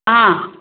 हा